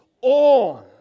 on